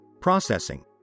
processing